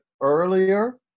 earlier